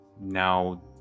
now